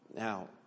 Now